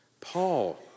Paul